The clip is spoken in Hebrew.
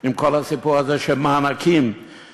יותר עם כל הסיפור הזה של מענקים וכספים